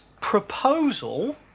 proposal